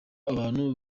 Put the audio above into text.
abantu